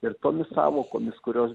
ir tomis sąvokomis kurios